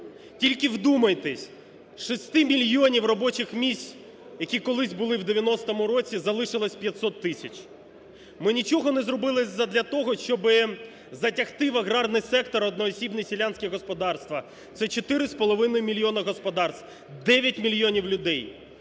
Тільки вдумайтесь: з 6 мільйонів робочих місць, які колись були в 90-му році, залишилось 500 тисяч. Ми нічого не зробили задля того, щоби затягти в аграрний сектор одноосібні селянські господарства – це чотири з половиною мільйони господарства, 9 мільйонів людей.